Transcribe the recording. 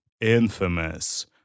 infamous